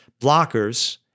blockers